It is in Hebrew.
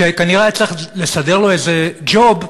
שכנראה היה צריך לסדר לו איזה ג'וב,